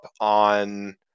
on